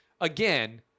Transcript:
again